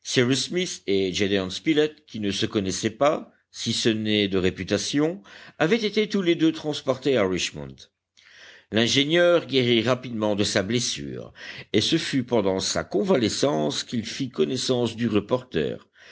et gédéon spilett qui ne se connaissaient pas si ce n'est de réputation avaient été tous les deux transportés à richmond l'ingénieur guérit rapidement de sa blessure et ce fut pendant sa convalescence qu'il fit connaissance du reporter